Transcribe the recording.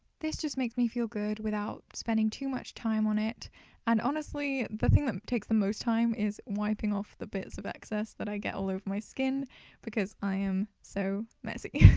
this just makes me feel good without spending too much time on it and honestly, the thing that takes the most time is wiping off the bits of excess that i get all over my skin because i am so. messy.